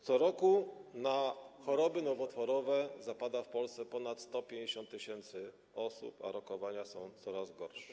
Co roku na choroby nowotworowe zapada w Polsce ponad 150 tys. osób, a rokowania są coraz gorsze.